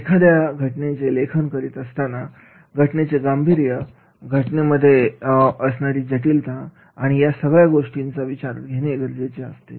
एखाद्या घटनेचे लेखन करीत असताना घटनेचे गांभीर्य घटनेमध्ये असणारी जटिलता या सगळ्या गोष्टी विचारात घेणे गरजेचे असते